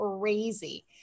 crazy